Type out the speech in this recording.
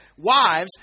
wives